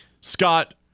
Scott